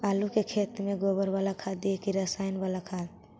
आलू के खेत में गोबर बाला खाद दियै की रसायन बाला खाद?